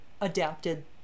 adapted